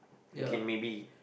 you can maybe